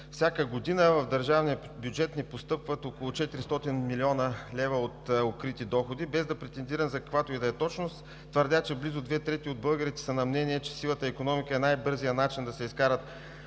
всяка година в държавния бюджет не постъпват около 400 млн. лв. от укрити доходи. Без да претендирам за каквато и да била точност, твърдя, че близо две трети от българите са на мнение, че сивата икономика е най-бързият начин да се изкарат